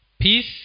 peace